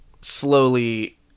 slowly